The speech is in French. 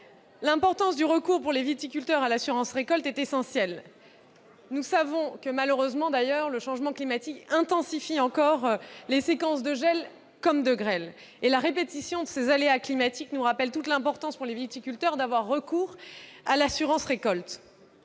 L'importance du recours, pour les viticulteurs, à l'assurance récolte est essentielle. Comme toujours ! Nous savons que, malheureusement, le changement climatique intensifie encore les séquences de gel comme de grêle, et la répétition de ces aléas climatiques nous rappelle toute l'importance pour les viticulteurs d'avoir recours à l'assurance récolte.